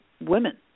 women